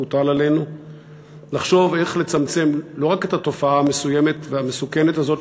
מוטל עלינו לחשוב איך לצמצם לא רק את התופעה המסוימת והמסוכנת הזאת,